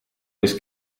was